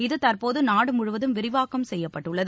இது தற்போது நாடு முழுவதும் விரிவாக்கம் செய்யப்பட்டுள்ளது